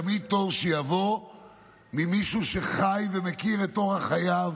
תמיד טוב שיבוא ממישהו שחי ומכיר את אורח חייו,